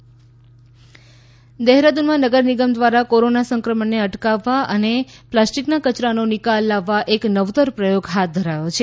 Dehradun mask દહેરાદૂનમાં નગર નિગમ દ્વારા કોરોના સંક્રમણને અટકાવવા અને પ્લાસ્ટીકના કચરાનો નિકાલ લાવવા એક નવતર પ્રયોગ હાથ ધરાયો છે